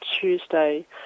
Tuesday